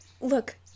Look